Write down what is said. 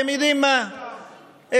אתם יודעים מה, אפשר.